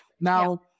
Now